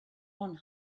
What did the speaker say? one